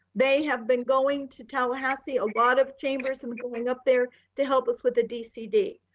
they have been going to tallahassee a lot of chambers and going up there to help us with the dcd.